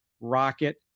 Rocket